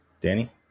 Danny